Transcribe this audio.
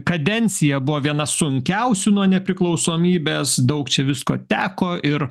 kadencija buvo viena sunkiausių nuo nepriklausomybės daug čia visko teko ir